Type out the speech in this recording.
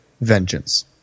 vengeance